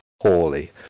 poorly